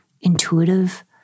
intuitive